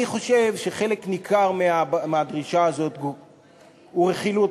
אני חושב שחלק ניכר מהבדיקה הזאת הוא רכילות.